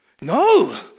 No